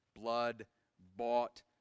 blood-bought